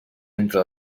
entre